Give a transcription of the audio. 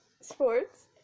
sports